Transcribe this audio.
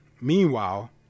meanwhile